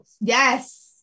Yes